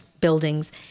buildings